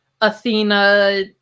Athena